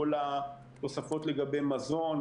כל התוספות לגבי מזון,